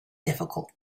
difficult